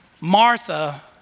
Martha